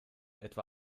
etwa